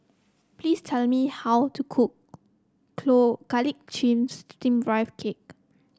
please tell me how to cook Garlic Chives Steamed Rice Cake